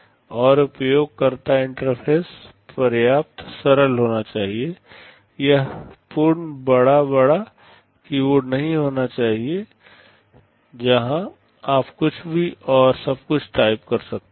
और उपयोगकर्ता इंटरफ़ेस पर्याप्त सरल होना चाहिए यह एक पूर्ण बड़ा बड़ा कीबोर्ड नहीं होना चाहिए जहां आप कुछ भी और सब कुछ टाइप कर सकते हैं